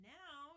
now